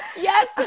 yes